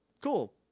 Cool